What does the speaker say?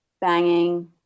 Banging